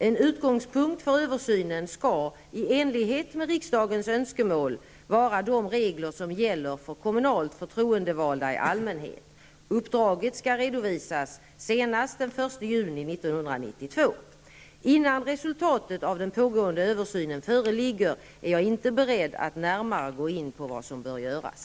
En utgångspunkt för översynen skall i enlighet med riksdagens önskemål vara de regler som gäller för kommunalt förtroendevalda i allmänhet. Uppdraget skall redovisas senast den 1 Innan resultatet av den pågående översynen föreligger, är jag inte beredd att närmare gå in på vad som bör göras.